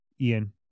Ian